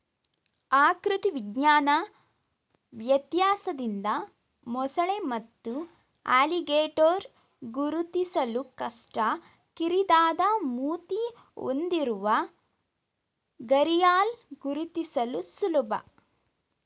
ಆಕೃತಿ ವಿಜ್ಞಾನ ವ್ಯತ್ಯಾಸದಿಂದ ಮೊಸಳೆ ಮತ್ತು ಅಲಿಗೇಟರ್ ಗುರುತಿಸಲು ಕಷ್ಟ ಕಿರಿದಾದ ಮೂತಿ ಹೊಂದಿರುವ ಘರಿಯಾಲ್ ಗುರುತಿಸಲು ಸುಲಭ